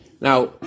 now